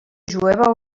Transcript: jueva